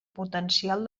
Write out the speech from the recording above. potencial